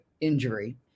injury